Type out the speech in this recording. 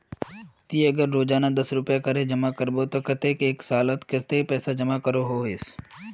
ती अगर दस रुपया करे रोजाना जमा करबो ते कतेक एक सालोत कतेला पैसा जमा करवा सकोहिस?